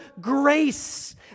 grace